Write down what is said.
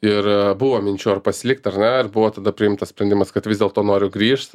ir buvo minčių ar pasilikt ar ne ir buvo tada priimtas sprendimas kad vis dėlto noriu grįžt